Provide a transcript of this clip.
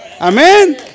Amen